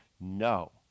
no